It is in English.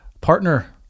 partner